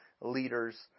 leaders